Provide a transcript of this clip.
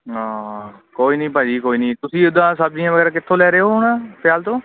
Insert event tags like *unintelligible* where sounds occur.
*unintelligible* ਕੋਈ ਨਹੀਂ ਭਾਅ ਜੀ ਕੋਈ ਨਹੀਂ ਤੁਸੀਂ ਇੱਦਾਂ ਸਬਜ਼ੀਆਂ ਵਗੈਰਾ ਕਿੱਥੋਂ ਲੈ ਰਹੇ ਹੋ ਹੁਣ ਸਿਆਲ ਤੋਂ